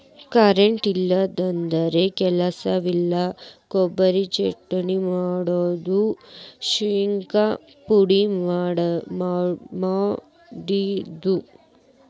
current ಇಲ್ಲಿಕಂದ್ರ ಕೆಲಸ ಇಲ್ಲಾ, ಕೊಬರಿ ಚಟ್ನಿ ಹಾಕುದು, ಶಿಂಗಾ ಪುಡಿ ಮಾಡುದು